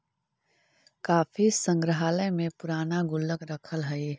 काफी संग्रहालय में पूराना गुल्लक रखल हइ